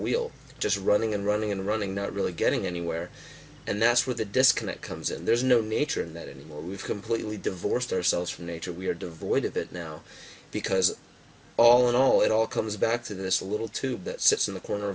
wheel just running and running and running not really getting anywhere and that's where the disconnect comes and there's no nature in that anymore we've completely divorced ourselves from nature we are devoid of it now because all in all it all comes back to this little tube that sits in the corner